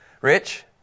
Rich